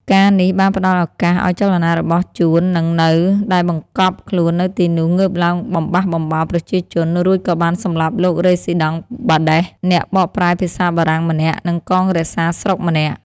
ការណ៍នេះបានផ្ដល់ឱកាសឱ្យចលនារបស់ជួន និងនៅដែលបង្កប់ខ្លួននៅទីនោះងើបឡើងបំបះបំបោរប្រជាជន រួចក៏បានសម្លាប់លោករេស៊ីដង់បាដេស អ្នកបកប្រែភាសាបារាំងម្នាក់ និងកងរក្សាស្រុកម្នាក់។